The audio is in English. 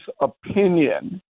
opinion